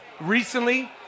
recently